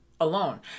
alone